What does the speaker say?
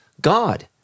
God